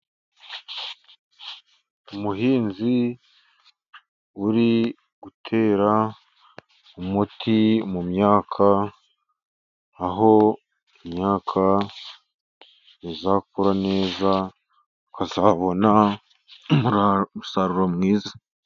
Umuhinzi uri gutera umuti mu myaka, aho imyaka izakura neza azabona umusaruro mwiza.